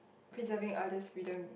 preserving others freedom